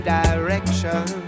direction